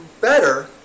better